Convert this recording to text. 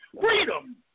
freedom